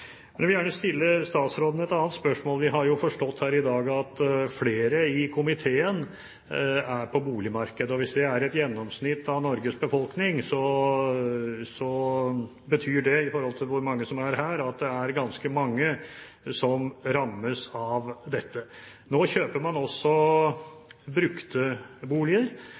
Men balansert opp mot hvor viktig dette er for forbrukerne, lander vi likevel på at det bør være fornuftig å utvide reklamasjonstiden. Jeg vil gjerne stille statsråden et annet spørsmål. Vi har jo forstått her i dag at flere i komiteen er på boligmarkedet. Hvis vi er et gjennomsnitt av Norges befolkning, betyr det, i forhold til hvor mange som er her, at det er ganske mange som rammes